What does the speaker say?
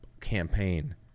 campaign